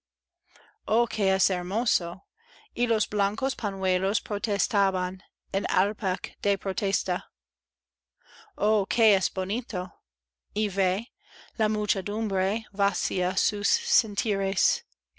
que es hermoso y los blancos pañuelos protestaban en aplec de protesta oh que es bonito y ve la muchedumbre vacía sus